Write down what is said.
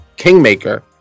kingmaker